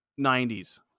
90s